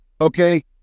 Okay